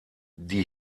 die